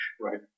Right